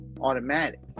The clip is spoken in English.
automatic